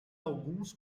alguns